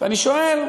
ואני שואל,